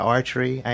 Archery